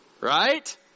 right